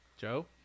joe